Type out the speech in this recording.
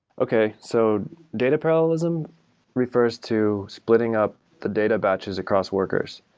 okay. so data parallelism refers to splitting up the data batches across workers.